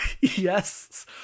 yes